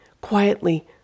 quietly